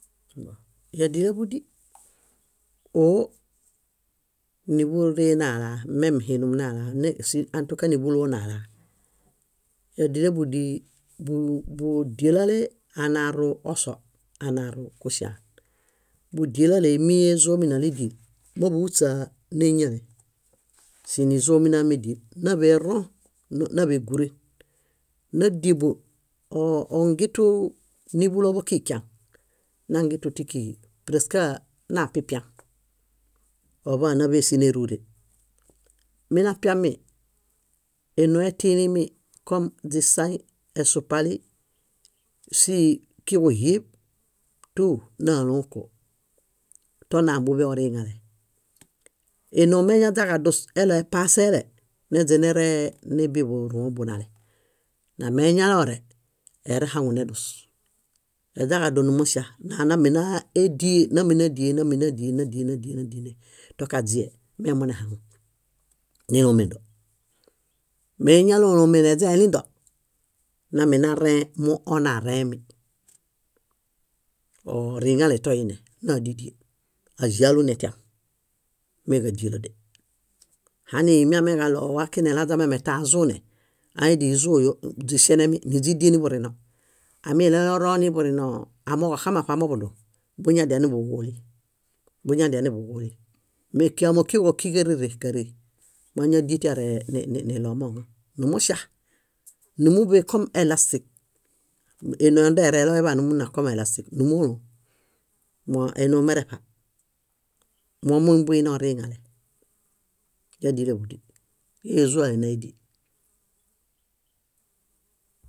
Yádilaḃudi, óo, níḃuree nalaa mem hinum nalaa ãtuka níḃuloo nalaa. Yádilaḃudi búdielale anaru oso, anaru kuŝaan. Búdielale míezominalediel, móḃuhuśa néñale; sínizominamediel, náḃe rõ, náḃe gúren. Nádiebo ongituwi níḃuloḃo kikiaŋ, nangitu tíkiġi preskee napipiaŋ, oḃaan náḃesinerure. Minapiami, énoo etilimi kom źisaĩ, esupalĩ, kuġuhib tú nálõko, tónambuḃe oriŋale. Énoo meñaźaġadus eɭoepaseele neźaneree nibuḃuruõ bunale. Nameñalore, erehaŋunedus, eźaġadunumuŝa. Nánambenadiee, námbenadiee, námbenadiee, nádiel, nádiel, nádiel tokadie, memunehaŋu, nélomendo. Méñalolomen eźaelindo, nambenarẽhe moonarẽhemi. Ooriŋale toine, nádidiel, áĵalu netiam, méġadielode. Hani miameġaɭo wakinelaźa miame tãazune, áidizoyo źiŝenemi níźidie nuḃurino. Amileroro niḃurino amooġo oxamaṗamoḃuduŋ, buñadianiḃuġule, buñadianiḃuġule, mékiamakioġo ókiġarere, káree. Máñadie tiareniɭomoŋon, numuŝa, númuḃe kom elasik, énoo ondereloḃaan numunakom elasik númolom. Móo énoo mereṗa. Momumbuinioriñale, yádilaḃudi, ézualenaediel.